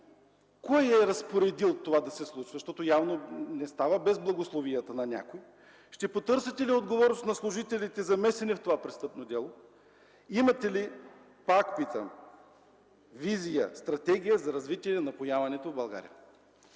им е разпоредил това да се случва, защото явно не става без благословията на някого? Ще потърсите ли отговорност на служителите, замесени в това престъпно дело? Имате ли визия, стратегия за развитие на напояването в България?